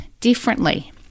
differently